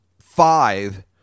five